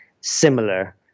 similar